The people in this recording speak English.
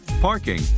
parking